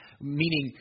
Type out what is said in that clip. Meaning